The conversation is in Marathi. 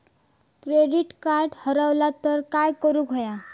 क्रेडिट कार्ड हरवला तर काय करुक होया?